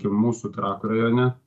mūsų trakų rajone